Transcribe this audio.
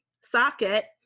socket